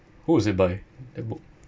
who is it by that book